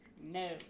no